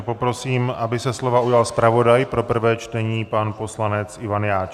Poprosím, aby se slova ujal zpravodaj pro prvé čtení pan poslanec Ivan Jáč.